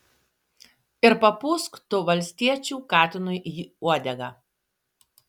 ir papūsk tu valstiečių katinui į uodegą